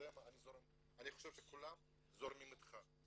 אני חושב שכולם זורמים איתך.